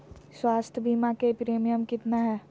स्वास्थ बीमा के प्रिमियम कितना है?